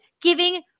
giving